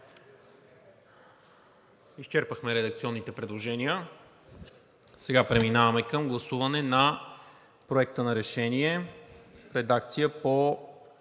Изчерпахме редакционните предложения. Сега преминаваме към гласуване на Проекта на решение в редакция по